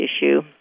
issue